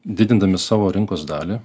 didindami savo rinkos dalį